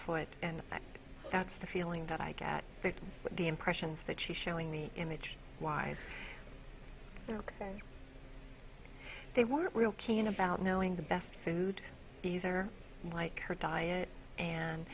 it and that's the feeling that i get the impressions that she's showing the image wise ok they weren't real keen about knowing the best food these are like her diet and